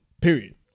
period